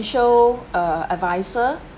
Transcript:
~tial adviser